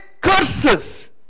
Curses